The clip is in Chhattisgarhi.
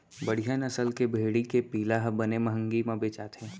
बड़िहा नसल के भेड़ी के पिला ह बने महंगी म बेचाथे